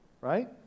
right